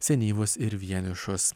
senyvus ir vienišus